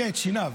הקהה את שיניו.